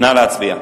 נא להצביע.